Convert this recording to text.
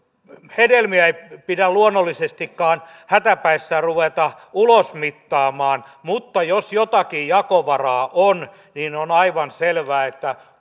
hedelmiä ei pidä luonnollisestikaan hätäpäissään ruveta ulosmittaamaan mutta jos jotakin jakovaraa on niin on aivan selvää että